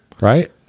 Right